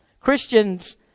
Christians